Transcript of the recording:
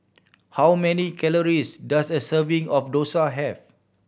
how many calories does a serving of dosa have